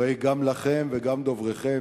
הרי גם אתם וגם דובריכם,